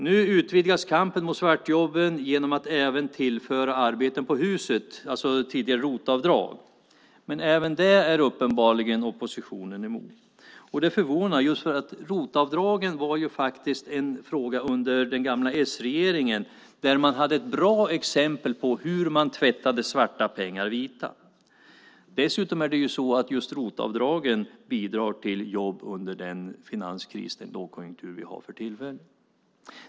Nu utvidgas kampen mot svartjobben genom att vi tillför arbeten på huset, tidigare ROT-avdrag. Men även det är uppenbarligen oppositionen emot. Det förvånar. ROT-avdragen var en fråga under den gamla s-regeringen där man hade ett bra exempel på hur man tvättade svarta pengar vita. Dessutom bidrar just ROT-avdragen till jobb under den finanskris och lågkonjunktur vi har för tillfället.